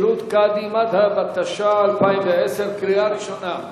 (כשירות קאדי מד'הב), התש"ע 2010, קריאה ראשונה.